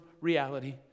reality